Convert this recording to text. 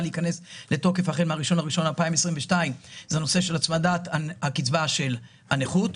להיכנס לתוקף החל מה-1.1.2022 זה הנושא של הצמדת הקצבה של הנכות.